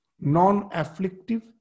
Non-afflictive